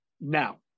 now